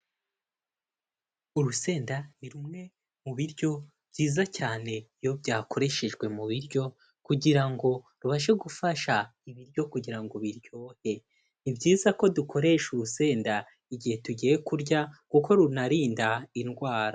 Urusenda ni rumwe mu biryo byiza cyane iyo byakoreshejwe mu biryo kugira ngo rubashe gufasha ibiryo kugira ngo biryohe. Ni byiza ko dukoresha urusenda igihe tugiye kurya kuko runarinda indwara.